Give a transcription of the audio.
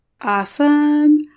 Awesome